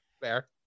Fair